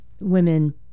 women